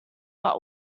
but